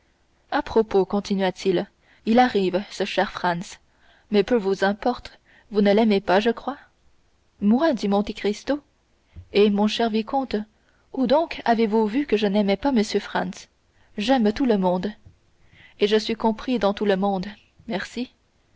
à propos continua-t-il il arrive ce cher franz mais peu vous importe vous ne l'aimez pas je crois moi dit monte cristo eh mon cher vicomte où donc avez-vous vu que je n'aimais pas m franz j'aime tout le monde et je suis compris dans tout le monde merci